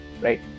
right